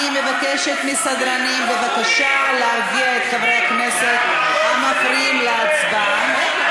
אני מבקשת מהסדרנים להרגיע את חברי הכנסת המפריעים להצבעה.